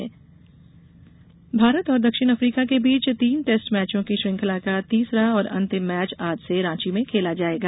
कि केट भारत और दक्षिण अफ्रीका के बीच तीन टैस्ट मैचों की श्रृंखला का तीसरा और अंतिम मैच आज से रांची में खेला जायेगा